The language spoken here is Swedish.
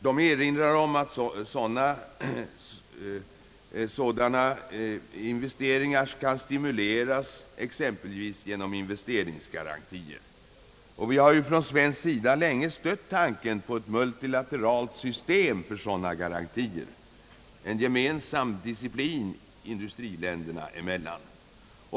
De erinrar om att sådana investeringar skall stimuleras, exempelvis genom investeringsgarantier, och vi har ju från svensk sida länge stött tanken på ett multilateralt system för sådana garantier, en gemensam disciplin industriländerna mellan.